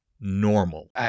normal